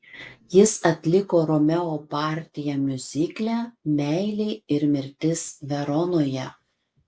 jis atliko romeo partiją miuzikle meilė ir mirtis veronoje